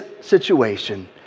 situation